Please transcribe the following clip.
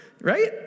right